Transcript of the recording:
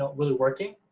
ah really working,